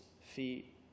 feet